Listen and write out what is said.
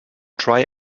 try